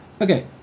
okay